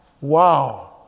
Wow